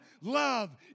Love